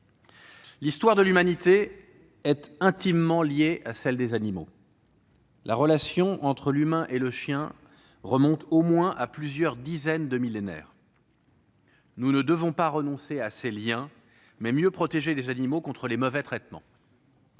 L'histoire de l'humanité est intimement liée à celle des animaux. La relation entre l'humain et le chien remonte au moins à plusieurs dizaines de millénaires. Nous devons non pas renoncer à ces liens, mais mieux protéger les animaux contre les mauvais traitements.